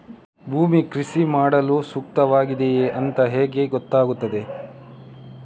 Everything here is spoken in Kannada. ಭೂಮಿ ಕೃಷಿ ಮಾಡಲು ಸೂಕ್ತವಾಗಿದೆಯಾ ಅಂತ ಹೇಗೆ ಗೊತ್ತಾಗುತ್ತದೆ?